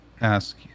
ask